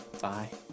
bye